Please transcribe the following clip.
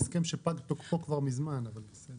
זה הסכם שפג תוקפו כבר מזמן, אבל בסדר.